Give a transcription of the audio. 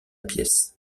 pièce